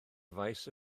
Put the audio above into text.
faes